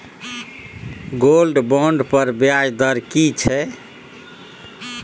Gold bond पर ब्याज दर की छै?